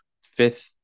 Fifth